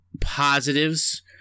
positives